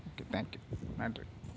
okay thank you நன்றி